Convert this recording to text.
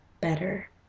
better